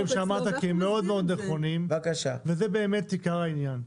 שאמרת כי הם מאוד נכונים וזה באמת עיקר העניין,